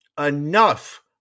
enough